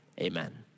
amen